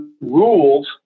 rules